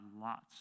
lots